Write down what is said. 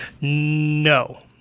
No